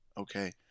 Okay